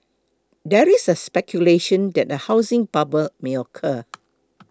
there is speculation that a housing bubble may occur